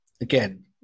again